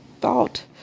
thought